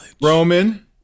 Roman